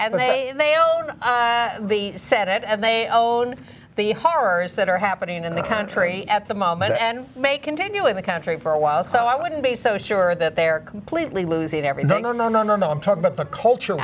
and they they own the senate and they own the horrors that are happening in the country at the moment and may continue in the country for a while so i wouldn't be so sure that they are completely losing every no no no no no no i'm talking about the cultur